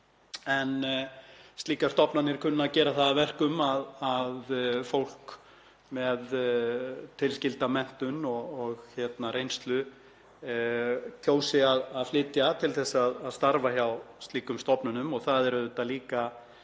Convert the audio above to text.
En slíkar stofnanir kunna að gera það að verkum að fólk með tilskilda menntun og reynslu kjósi að flytja til að starfa hjá slíkum stofnunum og það er líka